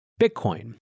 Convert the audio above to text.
Bitcoin